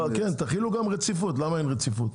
כן, תחילו גם רציפות, למה אין רציפות?